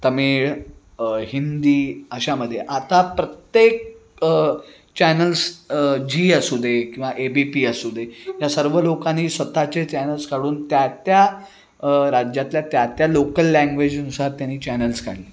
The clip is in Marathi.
तमिळ हिंदी अशामध्ये आता प्रत्येक चॅनल्स झी असू दे किंवा ए बी पी असू दे या सर्व लोकांनी स्वतःचे चॅनल्स काढून त्या त्या राज्यातल्या त्या त्या लोकल लँग्वेजनुसार त्यानी चॅनल्स काढले